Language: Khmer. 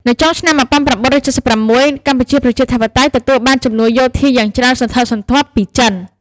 នៅចុងឆ្នាំ១៩៧៦ កម្ពុជាប្រជាធិបតេយ្យទទួលបានជំនួយយោធាយ៉ាងច្រើនសន្ធឹកសន្ធាប់ពីចិន។